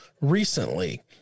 recently